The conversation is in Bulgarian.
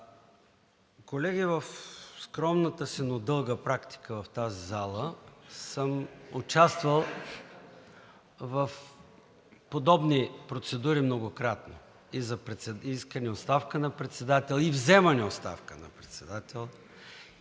Колеги, в скромната си, но дълга практика в тази зала съм участвал в подобни процедури многократно – и за искане оставка на председател, и вземане на оставка на председател,